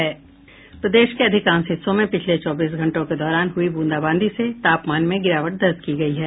प्रदेश के अधिकांश हिस्सों में पिछले चौबीस घंटों के दौरान हुई बूंदाबांदी से तापमान में गिरावट दर्ज की गयी है